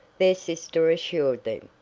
their sister assured them.